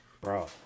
Bro